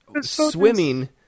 swimming